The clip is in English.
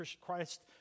Christ